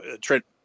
Trent